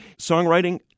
Songwriting